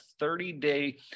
30-day